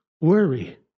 Worry